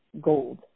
gold